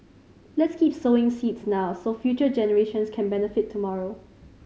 let's keep sowing seeds now so future generations can benefit tomorrow